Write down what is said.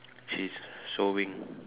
she's sowing